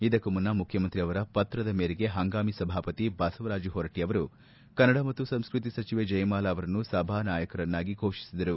ಇದಕ್ಕೂ ಮುನ್ನ ಮುಖ್ಯಮಂತ್ರಿ ಅವರ ಪತ್ರದ ಮೇರೆಗೆ ಹಂಗಾಮಿ ಸಭಾಪತಿ ಬಸವರಾಜು ಹೊರಟ್ಷಿ ಅವರು ಕನ್ನಡ ಮತ್ತು ಸಂಸ್ಟತಿ ಸಚಿವೆ ಜಯಮಾಲ ಅವರನ್ನು ಸಭಾ ನಾಯಕರನ್ನಾಗಿ ಘೋಷಿಸಿದರು